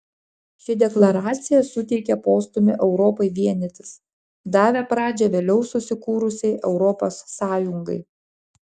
ši deklaracija suteikė postūmį europai vienytis davė pradžią vėliau susikūrusiai europos sąjungai